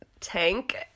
tank